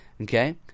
Okay